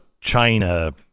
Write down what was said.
China